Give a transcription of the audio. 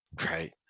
right